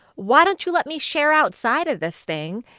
why don't you let me share outside of this thing?